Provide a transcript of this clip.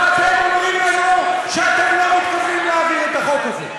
ואתם אומרים לנו שאתם לא מתכוונים להעביר את החוק הזה.